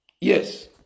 Yes